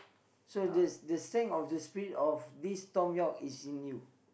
so the the sang of the speech of this Tom York is in you